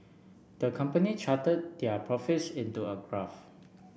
the company charted their profits into a graph